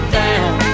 down